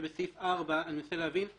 ובסעיף 4 אני רוצה להבין,